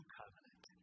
covenant